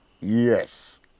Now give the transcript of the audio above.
Yes